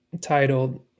titled